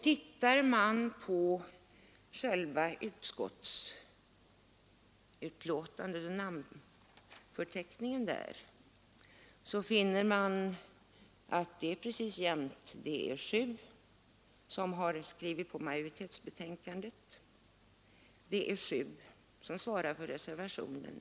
Tittar man på namnförteckningen under själva utskottsbetänkandet, finner man att det väger jämt — sju ledamöter har skrivit på majoritetsbetänkandet och sju svarar för reservationen.